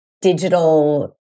digital